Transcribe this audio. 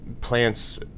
plants